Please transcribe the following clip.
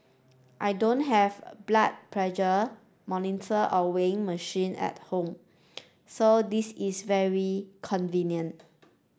I don't have a blood pressure monitor or weighing machine at home so this is very convenient